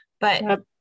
but-